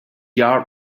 yarn